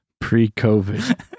Pre-COVID